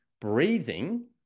breathing